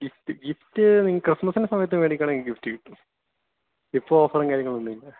gift gift നിങ്ങൾക്ക് ക്രിസ്മസിൻറെ സമയത്തു മേടിക്കുവാണെങ്കിൽ ഗിഫ്റ്റ് കിട്ടും ഇപ്പോൾ ഓഫറും കാര്യങ്ങളുമൊന്നും ഇല്ല